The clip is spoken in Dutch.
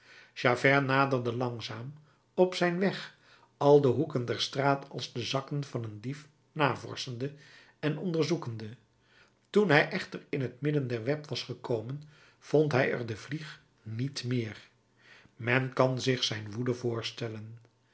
javert naderde langzaam op zijn weg al de hoeken der straat als de zakken van een dief navorschende en onderzoekende toen hij echter in het midden der web was gekomen vond hij er de vlieg niet meer men kan zich zijne woede voorstellen